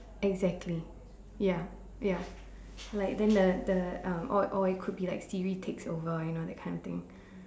exactly ya ya like then the the um or or it could be like Siri takes over you know that kind of thing